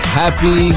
happy